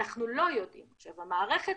אנחנו לא יודעים שבמערכת,